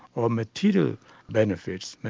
or material benefits,